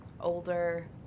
older